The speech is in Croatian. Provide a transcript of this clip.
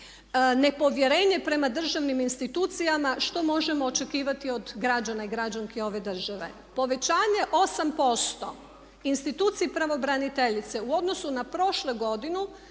nepovjerenje prema državnim institucijama što možemo očekivati od građana i građanki ove države. Povećanje 8%. Instituciji pravobraniteljice u odnosu na prošlu godinu